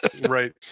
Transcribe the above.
Right